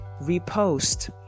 repost